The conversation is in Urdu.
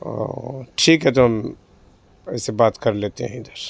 اوہ ٹھیک ہے تو ہم ایسے بات کر لیتے ہیں ادھر